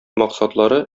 максатлары